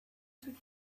took